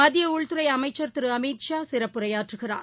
மத்தியஉள்துறைஅமைச்சர் Thiru Amit Shah சிறப்புரையாற்றுகிறார்